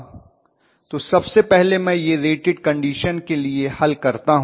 तो सबसे पहले मै यह रेटेड कन्डीशन के लिए हल करता हूँ